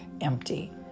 empty